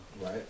Right